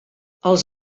els